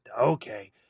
Okay